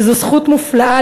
וזו זכות מופלאה,